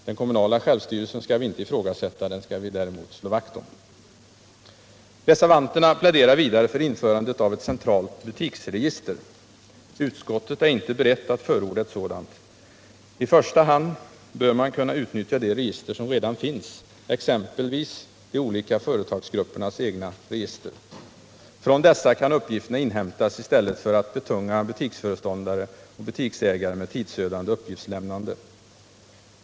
Den kommunala självstyrelsen skall vi inte ifrågasätta — den skall vi däremot slå vakt om! Reservanterna pläderar vidare för införandet av ett centralt butiksregister. Utskottet är inte berett att förorda ett sådant. I första hand bör man kunna utnyttja de register som redan finns, exempelvis de olika företagsgruppernas egna register. Från dessa kan uppgifterna inhämtas, i stället för att man betungar butiksföreståndare och butiksägare med tidsödande uppgiftslämnande.